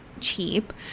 cheap